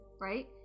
right